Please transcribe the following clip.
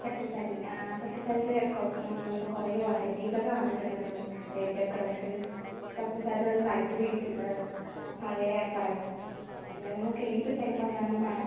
പട്ടുസാരി പട്ടുസാരിയിൽ നമ്മൾ ഇപ്പം കുറേ വെറൈറ്റീസ് ഒക്കെ വന്നിട്ടുണ്ടല്ലോ അപ്പം ലേറ്റസ്റ്റ് കളക്ഷൻസ് പട്ടുസാരിയിൽ നല്ല ലൈറ്റ് വെയ്റ്റ് ഉണ്ട് പഴയ കളക്ഷൻ ഉണ്ട് നിങ്ങൾക്ക് ഏത് ടൈപ്പ് ആണ് വേണ്ടത് മേഡം